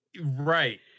Right